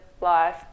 life